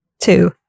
two